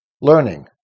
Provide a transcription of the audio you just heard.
learning